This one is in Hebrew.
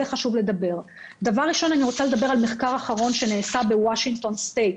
אני רוצה לדבר על מחקר אחרון שנעשה בוושינגטון סטייט,